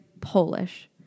Polish